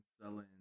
selling